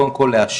קודם כל לאשר,